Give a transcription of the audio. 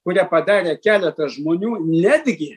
kurią padarė keletas žmonių netgi